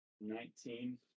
nineteen